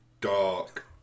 dark